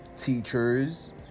teachers